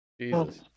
Jesus